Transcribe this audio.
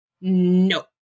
no